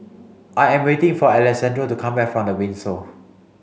I am waiting for Alessandro to come back from The Windsor